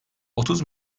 otuz